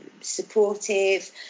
supportive